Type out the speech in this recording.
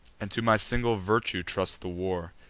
and to my single virtue trust the war.